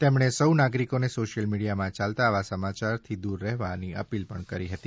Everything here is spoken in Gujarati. તેમણે સૌ નાગરિકોને સોશિયલ મીડિયામાં ચાલતા આવા સમાચારની દૂર રહેવા અપીલ કરી હતી